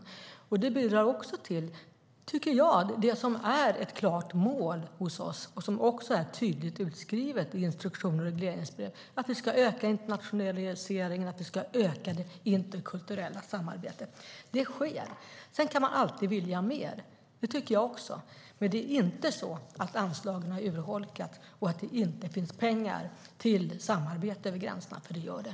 Det bidrar till det som är ett klart mål hos oss och som också är tydligt utskrivet i instruktioner och regleringsbrev, att vi ska öka internationaliseringen och att vi ska öka det interkulturella samarbetet. Det sker också. Sedan kan man alltid vilja mer - det tycker jag också. Men det är inte så att anslagen har urholkats och att det inte finns pengar till samarbete över gränser, för det gör det.